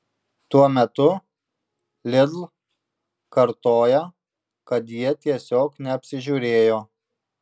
tuo metu lidl kartoja kad jie tiesiog neapsižiūrėjo